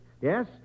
Yes